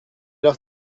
leur